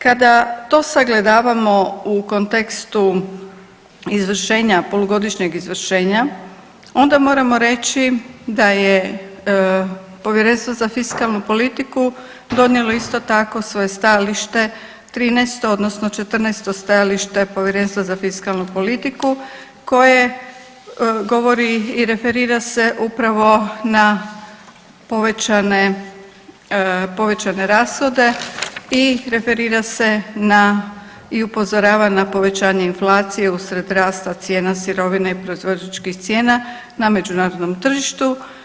Kada to sagledavamo u kontekstu izvršenja polugodišnjeg izvršenja onda moramo reći da je Povjerenstvo za fiskalnu politiku donijelo isto tako svoje stajalište 13. odnosno 14. stajalište Povjerenstva za fiskalnu politiku koje govori i referira se upravo na povećane rashode i referira se na i upozorava na povećanje inflacije usred rasta cijena sirovine i proizvođačkih cijena na međunarodnom tržištu.